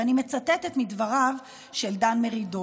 ואני מצטטת מדבריו של דן מרידור,